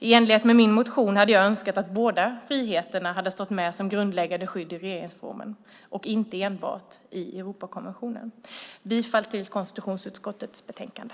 I enlighet med min motion hade jag önskat att båda friheterna hade stått med som grundläggande skydd i regeringsformen och inte enbart i Europakonventionen. Jag yrkar bifall till förslaget i konstitutionsutskottets i betänkande.